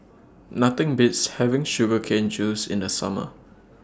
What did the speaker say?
Nothing Beats having Sugar Cane Juice in The Summer